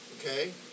Okay